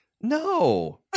No